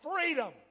freedom